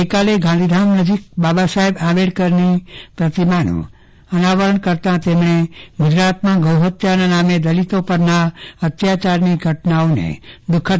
ગઈકાલે ગાંધીધામ નજીક બાબા સાહેબ આંબેડકરની પ્રતિમાનું અનાવરણ કરતા તેમણે ગુજરાતમાં ગૌ હત્યાના નામે દલિતો પરના અત્યારચારની ઘટનાઓને દુઃખદ